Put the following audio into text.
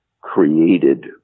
created